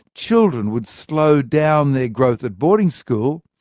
children would slow down their growth at boarding school,